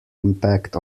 impact